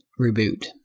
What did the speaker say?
reboot